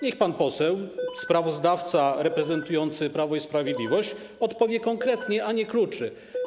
Niech pan poseł sprawozdawca reprezentujący Prawo i Sprawiedliwość odpowie na pytanie, a nie kluczy.